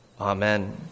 Amen